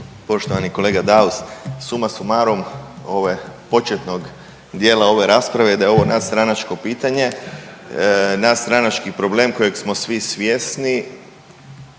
Poštovani kolega Daus, suma sumarum ovog početnog dijela ove rasprave je da je ovo nadstranačko pitanje, nadstranački problem kojeg smo svi svjesni.